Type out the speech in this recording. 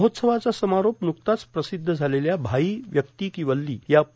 महोत्सावाचा समारोप नुकताच प्रांसध्द झालेल्या भाई व्यक्ती को वल्लो या प्र